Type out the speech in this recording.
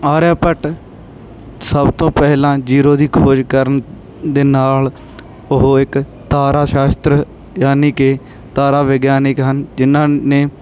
ਆਰਿਆ ਭੱਟ ਸਭ ਤੋਂ ਪਹਿਲਾਂ ਜੀਰੋ ਦੀ ਖੋਜ ਕਰਨ ਦੇ ਨਾਲ ਉਹ ਇੱਕ ਤਾਰਾ ਸ਼ਾਸਤਰ ਯਾਨੀ ਕਿ ਤਾਰਾ ਵਿਗਿਆਨਿਕ ਹਨ ਜਿਹਨਾਂ ਨੇ